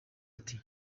ati